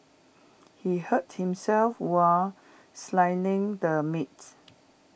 he hurt himself while the meat